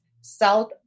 South